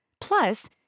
Plus